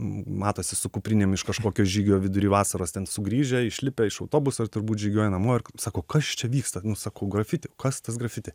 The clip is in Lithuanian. matosi su kuprinėm iš kažkokio žygio vidury vasaros ten sugrįžę išlipę iš autobuso ir turbūt žygiuoja namo ir sako kas čia vyksta nu sakau grafiti kas tas grafiti